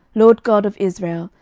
lord god of israel,